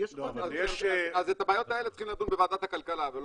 אז בבעיות האלה צריכים לדון בוועדת הכלכלה.